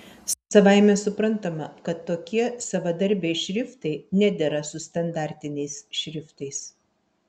savaime suprantama kad tokie savadarbiai šriftai nedera su standartiniais šriftais